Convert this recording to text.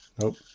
Nope